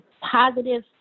positive